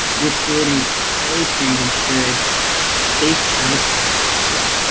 you're creating highly trained insured safe childcare spaces.